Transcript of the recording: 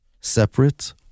separate